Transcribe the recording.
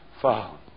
found